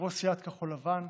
כיושב-ראש סיעת כחול לבן,